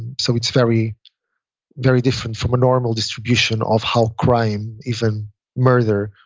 so it's very very different from a normal distribution of how crime, even murder,